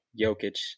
Jokic